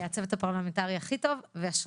אשריכם.